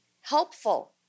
helpful